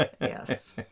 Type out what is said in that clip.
Yes